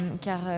car